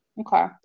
Okay